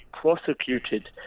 prosecuted